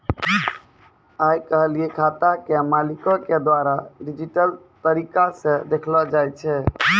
आइ काल्हि खाता के मालिको के द्वारा डिजिटल तरिका से देखलो जाय छै